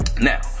Now